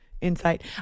insight